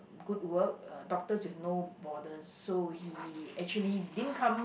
good work doctors with no borders so he actually didn't come